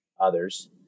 others